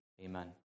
Amen